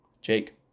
Jake